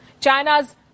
China's